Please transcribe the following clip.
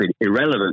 irrelevant